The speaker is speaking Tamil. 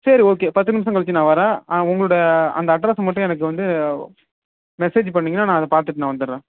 சரி ஓகே பத்து நிமிஷம் கழிச்சு நான் வரேன் உங்களுடைய அந்த அட்ரஸ்ஸை மட்டும் எனக்கு வந்து மெசேஜ் பண்ணீங்கன்னா நான் அதை பார்த்துட்டு நான் வந்துடுறேன்